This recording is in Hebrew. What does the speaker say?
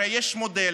הרי יש מודל,